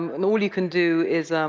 um and all you can do is